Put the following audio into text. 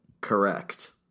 Correct